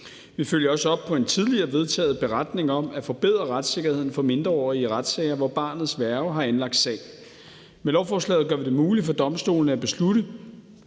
Vi følger også op på en tidligere vedtaget en beretning om at forbedre retssikkerheden for mindreårige i retssager, hvor barnets værge har anlagt sag. Med lovforslaget gør vi det muligt for domstolene at beslutte,